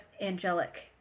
angelic